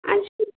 अच्छा